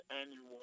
Annual